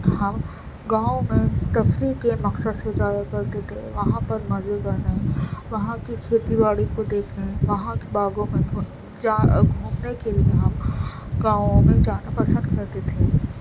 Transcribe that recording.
ہم گاؤں میں تفریح کے مقصد سے جایا کرتے تھے وہاں پر مزے کرنے وہاں کی کھیتی باڑی کو دیکھنے وہاں کے باغوں میں گھوم جا گھومنے کے لئے ہم گاؤں میں جانا پسند کرتے تھے